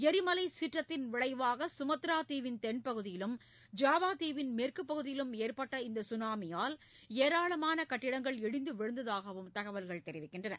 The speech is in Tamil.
எரிமலை சீற்றத்தின் விளைவாக சுமத்ரா தீவிள் தென்பகுதியிலும் ஜாவா தீவின் மேற்குப் பகுதியிலும் ஏற்பட்ட இந்த சுனாமியால் ஏராளமான கட்டிடங்கள் இடிந்து விழுந்ததாகவும் தகவல்கள் தெரிவிக்கின்றன